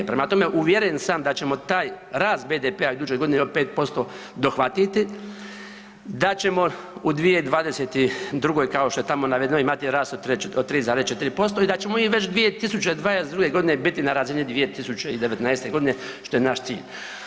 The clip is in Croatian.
Prema tome, uvjeren sam da ćemo taj rast BDP-a u idućoj godini od 5% dohvatiti, da ćemo u 2022. kao što je tamo navedeno imati rast od 3,4% i da ćemo mi već 2022.g. biti na razini 2019.g., što je naš cilj.